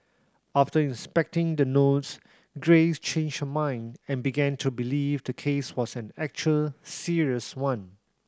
after inspecting the notes Grace changed her mind and began to believe the case was an actual serious one